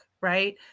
right